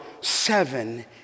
seven